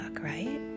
right